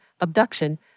abduction